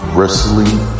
Wrestling